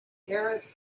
arabs